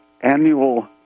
annual